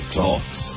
talks